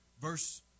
Verse